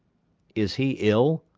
is he ill?